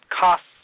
costs